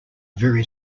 very